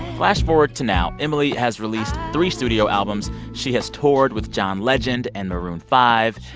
flash forward to now. emily has released three studio albums. she has toured with john legend and maroon five.